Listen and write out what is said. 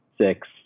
six